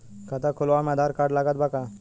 खाता खुलावे म आधार कार्ड लागत बा का?